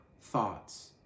thoughts